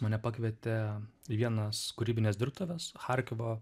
mane pakvietė į vienas kūrybines dirbtuves charkivo